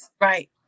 Right